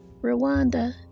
Rwanda